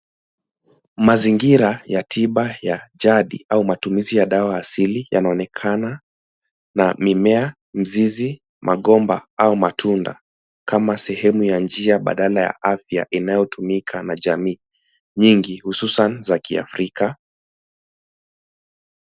Mazingira ya tiba ya jadi au matumizi dawa asili yanaonekana na mimea, mizizi, magomba, au matunda kama sehemu ya njia badala ya afya inayotumika na jamii nyingi hususan za Kiafrika.